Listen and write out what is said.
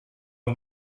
and